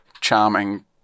charming